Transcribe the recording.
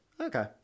Okay